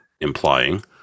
implying